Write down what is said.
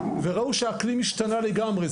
וראו שהאקלים השתנה לגמרי.